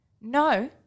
No